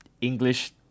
English